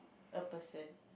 a person